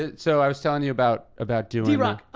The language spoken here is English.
ah so, i was telling you about about doing drock,